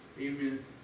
Amen